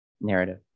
narrative